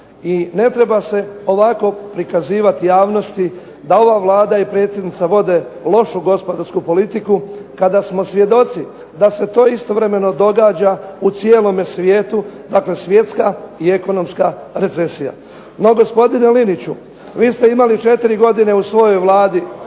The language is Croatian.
i ne treba se ovako prikazivati javnosti da ova Vlada i predsjednica vode lošu gospodarsku politiku, kada smo svjedoci da se to istovremeno događa u cijelome svijetu, dakle svjetska i ekonomska recesija. No gospodine Liniću, vi ste imali 4 godine u svojoj Vladi